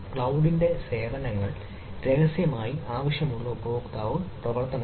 ക്ലൌഡിന്റെ സേവനങ്ങൾ രഹസ്യമായി ആവശ്യമുള്ള ഉപയോക്താവ് പ്രവർത്തിക്കുന്നു